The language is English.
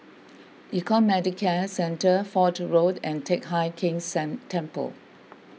Econ Medicare Centre Fort Road and Teck Hai Keng San Temple